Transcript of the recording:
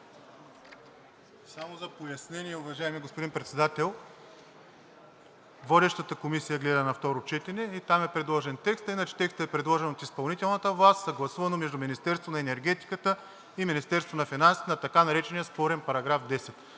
Само за пояснение, уважаеми господин Председател, Водещата комисия го гледа на второ четене и там е предложен текстът, иначе текстът е предложен от изпълнителната власт, съгласувано между Министерството на енергетиката и Министерството на финансите на така наречения спорен § 10.